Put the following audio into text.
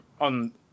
on